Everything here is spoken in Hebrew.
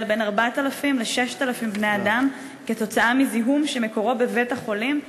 בין 4,000 ל-6,000 בני-אדם כתוצאה מזיהום שמקורו בבית-חולים,